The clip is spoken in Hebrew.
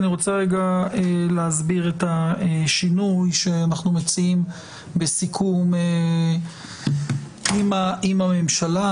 אני רוצה להסביר את השינוי שאנחנו מציעים בסיכום עם הממשלה,